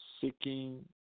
seeking